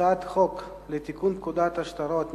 הצעת חוק לתיקון פקודת השטרות (מס'